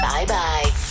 Bye-bye